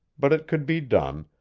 but it could be done,